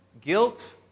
Guilt